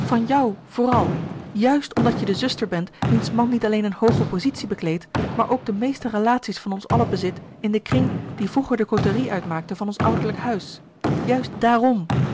van jou vooral juist omdat je de zuster bent wiens man niet alleen een hooge pozitie bekleedt maar ook de meeste relaties van ons allen bezit in den kring die vroeger de côterie uitmaakte van ons ouderlijk huis juist daarom